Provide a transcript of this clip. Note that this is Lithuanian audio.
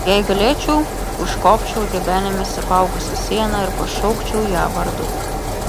jei galėčiau užkopčiau gebenėmis apaugusia siena ir pašaukčiau ją vardu